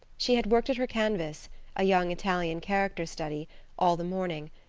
she had worked at her canvas a young italian character study all the morning,